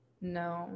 No